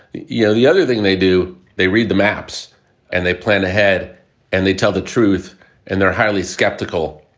the yeah the other thing they do? they read the maps and they plan ahead and they tell the truth and they're highly skeptical.